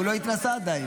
הוא לא התנסה עדיין.